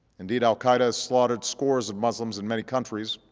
indeed, al qaeda has slaughtered scores of muslims in many countries,